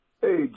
Hey